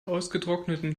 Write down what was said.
ausgetrockneten